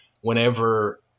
whenever